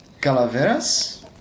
calaveras